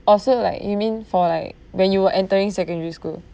also like you mean for like when you were entering secondary school